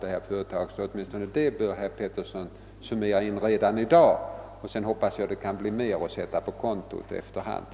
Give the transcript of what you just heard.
Åtminstone den ökningen bör herr Petersson i Gäddvik alltså redan i dag räkna med, och sedan hoppas jag att ännu fler arbetstillfällen kan sättas upp på kontot.